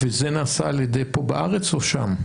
נעשה פה בארץ או שם?